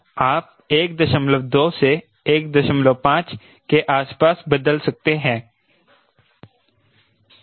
आप 12 से 15 के आसपास बदल सकते हैं